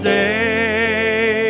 day